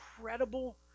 incredible